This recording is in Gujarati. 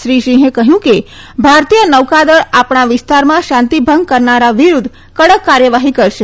શ્રી સિંહે કહ્યું કે ભારતીય નૌકાદળ આપણા વિસ્તારમાં શાંતિભંગ કરનારા વિરૂદ્ધ કડક કાર્યવાહી કરશે